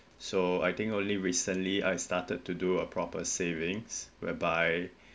so I think only recently I started to do a proper savings whereby